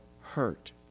hurt